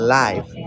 life